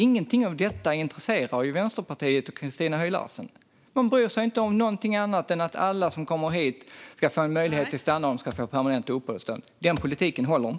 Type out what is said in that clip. Ingenting av detta intresserar ju Vänsterpartiet och Christina Höj Larsen - de bryr sig inte om någonting annat än att alla som kommer hit ska få möjlighet att stanna och att de ska få permanent uppehållstillstånd. Den politiken håller inte.